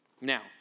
Now